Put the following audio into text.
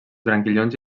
branquillons